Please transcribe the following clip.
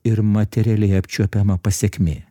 ir materialiai apčiuopiama pasekmė